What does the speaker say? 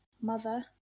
mother